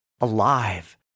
alive